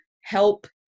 help